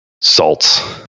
salts